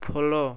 follow